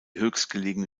höchstgelegene